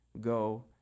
Go